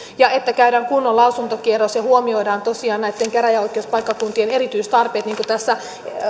ja käydään kunnon lausuntokierros ja huomioidaan tosiaan näitten käräjäoikeuspaikkakuntien erityistarpeet niin kuin tässä